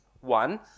One